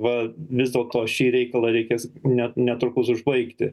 va vis dėlto šį reikalą reikės ne netrukus užbaigti